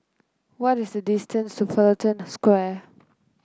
what is the distance Fullerton Square